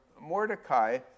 Mordecai